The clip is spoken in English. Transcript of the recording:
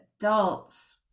adults